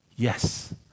Yes